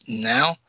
now